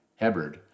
Hebbard